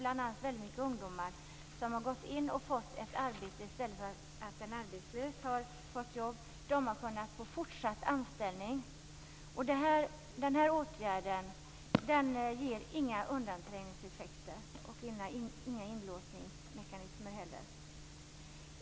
Många av de ungdomar som på det sättet gått in och fått arbete, i stället för att en arbetslös fått jobb, har kunnat få fortsatt anställning. Den här åtgärden ger dessutom inga undanträngningseffekter och innebär inte heller några inlåsningsmekanismer.